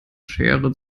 schere